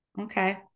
okay